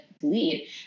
bleed